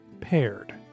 Paired